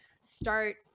start